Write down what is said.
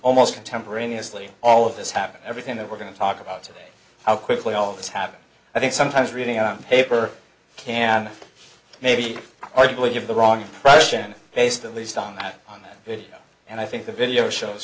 almost contemporaneously all of this happened everything that we're going to talk about today how quickly all this happened i think sometimes reading on paper can maybe arguably give the wrong impression based at least on that on that video and i think the video shows